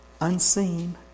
unseen